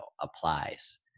applies